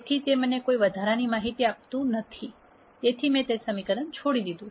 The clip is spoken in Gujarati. તેથી તે મને કોઈ વધારાની માહિતી આપતું નથી તેથી મેં તે સમીકરણ છોડી દીધું છે